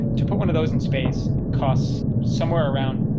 to put one of those in space costs somewhere around.